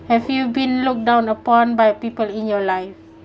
have you been looked down upon by people in your life